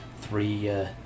three